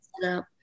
setup